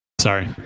sorry